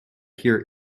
hear